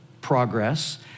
progress